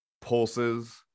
Pulses